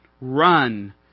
run